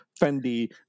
Fendi